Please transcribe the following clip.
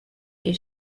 due